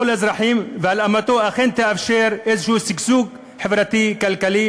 האזרחים והלאמתו אכן תאפשר איזשהו שגשוג חברתי-כלכלי.